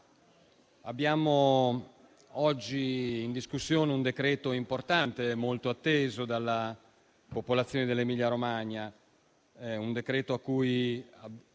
abbiamo oggi in discussione un decreto importante, molto atteso dalla popolazione dell'Emilia-Romagna. È un decreto cui